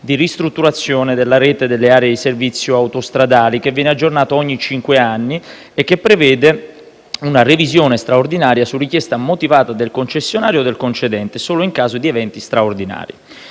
di ristrutturazione della rete delle aree di servizio autostradali che viene aggiornato ogni cinque anni e che prevede una revisione straordinaria su richiesta motivata del concessionario e del concedente solo in caso di eventi straordinari.